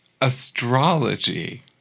astrology